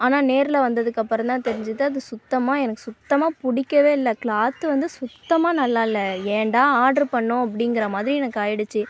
ஆனால் நேரில் வந்ததுக்கு அப்புறம்தான் தெரிஞ்சுது அது சுத்தமாக எனக்கு சுத்தமாக பிடிக்கவே இல்லை கிளாத்து வந்து சுத்தமாக நல்லாயில்ல ஏன்டா ஆர்ட்ரு பண்ணோம் அப்படிங்குற மாதிரி எனக்கு ஆகிடிச்சி